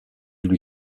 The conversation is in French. lui